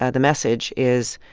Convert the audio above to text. ah the message is,